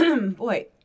boy